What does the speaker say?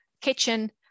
kitchen